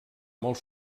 molt